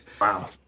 Wow